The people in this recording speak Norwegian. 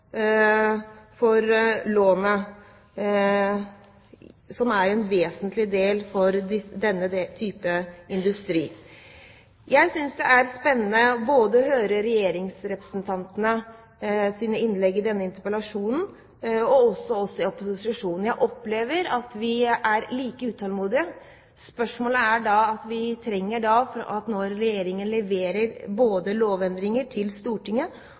for lånet, noe som er en vesentlig forutsetning for denne type industri. Jeg synes det er spennende både å høre regjeringsrepresentantenes innlegg i denne interpellasjonen og også opposisjonens. Jeg opplever at vi er like utålmodige. Det vi trenger, er at Regjeringen leverer lovendringer til Stortinget,